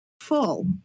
full